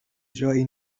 جایی